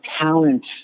talent